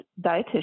dietitian